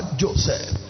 joseph